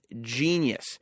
genius